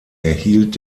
erhielt